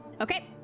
Okay